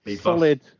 solid